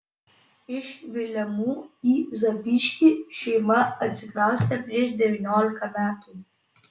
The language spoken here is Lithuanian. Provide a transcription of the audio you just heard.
iš vilemų į zapyškį šeima atsikraustė prieš devyniolika metų